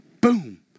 boom